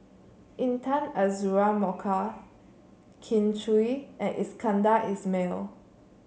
Intan Azura Mokhtar Kin Chui and Iskandar Ismail